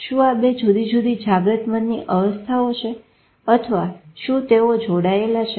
શું આ બે જુદી જુદી જાગૃત મનની અવસ્થાઓ છે અથવા શું તેઓ જોડાયેલા છે